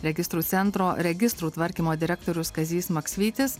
registrų centro registrų tvarkymo direktorius kazys maksvytis